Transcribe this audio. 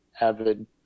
avid